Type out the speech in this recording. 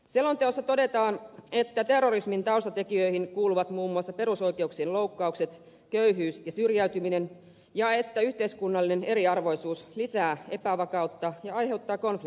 selonteossa todetaan että terrorismin taustatekijöihin kuuluvat muun muassa perusoikeuksien loukkaukset köyhyys ja syrjäytyminen ja että yhteiskunnallinen eriarvoisuus lisää epävakautta ja aiheuttaa konflikteja